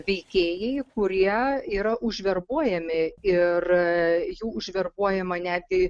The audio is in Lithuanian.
veikėjai kurie yra užverbuojami ir jų užverbuojama netgi